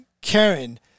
Karen